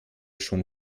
schon